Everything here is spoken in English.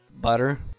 Butter